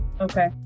Okay